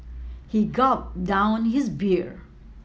he gulped down his beer